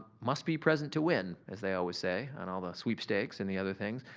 must be present to win as they always say on all the sweepstakes and the other things.